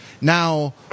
Now